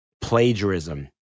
plagiarism